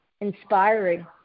inspiring